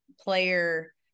player